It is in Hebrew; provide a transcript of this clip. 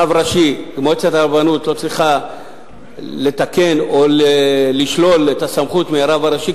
רב ראשי ומועצת הרבנות לא צריכה לתקן או לשלול את הסמכות מהרב הראשי,